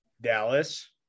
Dallas